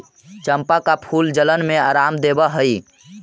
चंपा का फूल जलन में आराम देवअ हई